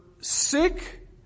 sick